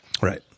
Right